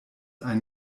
ein